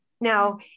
Now